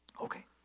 Okay